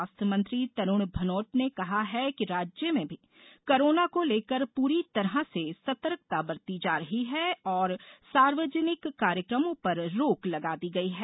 स्वास्थ्य मंत्री तरूण भनोट ने कहा है कि राज्य में कोरोना को लेकर पूरी तरह से सर्तकता बरती जा रही है और सार्वजनिक कार्यक्रमों पर रोक लगा दी गई है